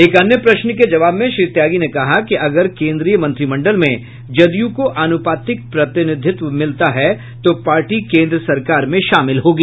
एक अन्य प्रश्न के जवाब में श्री त्यागी ने कहा है कि अगर केन्द्रीय मंत्रिमंडल में जदयू को आनुपातिक प्रतिनिधित्व मिलता है तो पार्टी केन्द्र सरकार में शामिल होगी